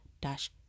dash